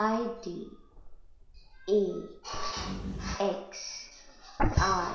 I D A X R